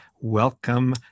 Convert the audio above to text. Welcome